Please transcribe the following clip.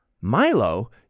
Milo